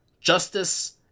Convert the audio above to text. justice